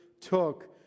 took